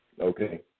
Okay